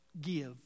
give